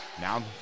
Now